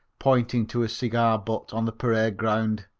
pointing to a cigar butt on the parade ground.